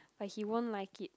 but he won't like it